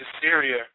Syria